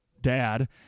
Dad